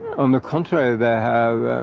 on the contrary they have